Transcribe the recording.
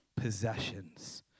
possessions